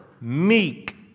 meek